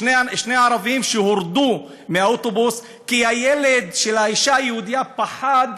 שני ערבים הורדו מהאוטובוס כי הילד של האישה היהודייה פחד